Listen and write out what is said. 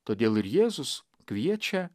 todėl ir jėzus kviečia